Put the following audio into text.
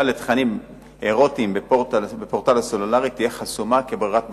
לתכנים ארוטיים בפורטל הסלולרי תהיה חסומה כברירת מחדל.